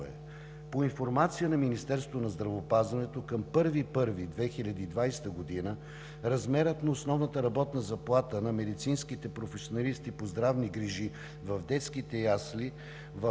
По информация на Министерството на здравеопазването към 1 януари 2020 г. размерът на основната работна заплата на медицинските професионалисти по здравни грижи в детските ясли в